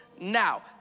Now